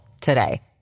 today